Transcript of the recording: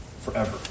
forever